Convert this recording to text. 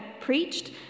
preached